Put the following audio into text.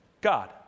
God